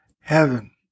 heaven